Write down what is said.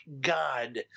God